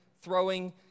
throwing